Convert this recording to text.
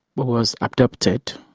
was adopted,